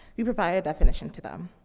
we provide a definition to them.